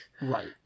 Right